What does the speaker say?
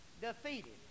defeated